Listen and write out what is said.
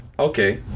Okay